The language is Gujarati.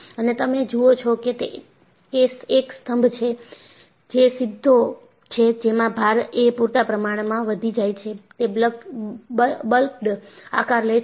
અને તમે જુઓ છો કે એક સ્તંભ છે જે સીધો છે જેમાં ભાર એ પૂરતા પ્રમાણમાં વધી જાય છે તે બકલ્ડ આકાર લે છે